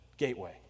gateway